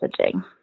messaging